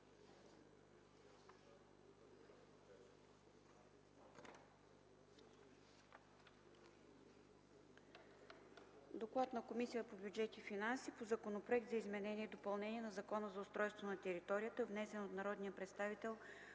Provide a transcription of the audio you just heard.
2012 г., Комисията по бюджет и финанси разгледа Законопроекта за изменение и допълнение на Закона за устройство на територията, внесен от народния представител